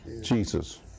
Jesus